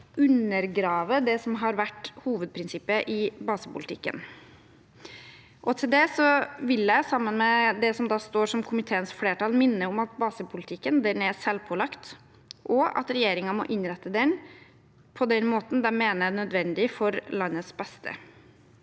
undergraver det som har vært hovedprinsippet i basepolitikken. Til det vil jeg, sammen med det som står som komiteens flertall, minne om at basepolitikken er selvpålagt, og at regjeringen må innrette den på den måten den mener er nødvendig for landets beste.